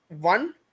one